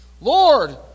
Lord